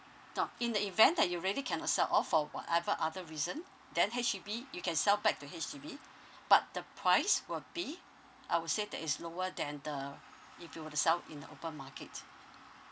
now in the event that you really cannot sell off for whatever other reason then H_D_B you can sell back to H_D_B but the price will be I would say that is lower than the if you were to sell in a open market